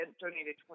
donated